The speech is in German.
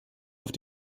auf